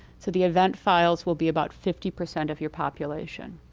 so the event files will be about fifty percent of your population.